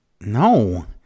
no